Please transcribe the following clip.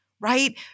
right